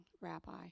Rabbi